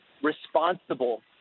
responsible